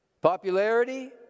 Popularity